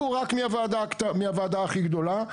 הוא רק מהוועדה הכי גדולה,